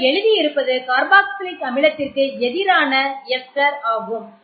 நீங்கள் எழுதி இருப்பது கார்பாக்ஸிலிக் அமிலத்திற்கு எதிரான எஸ்டர் ஆகும்